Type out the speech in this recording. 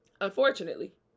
unfortunately